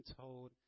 told